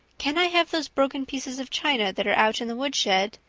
can i have those broken pieces of china that are out in the woodshed?